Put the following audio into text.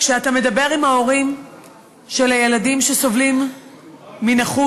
כשאתה מדבר עם הורים של ילדים שסובלים מנכות,